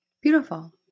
Beautiful